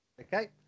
Okay